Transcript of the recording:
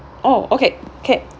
oh okay